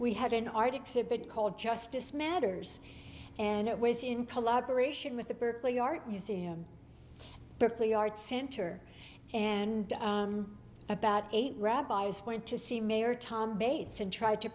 we had an art exhibit called justice matters and it weighs in collaboration with the berkeley art museum berkeley art center and about eight rabbis went to see mayor tom bates and tried to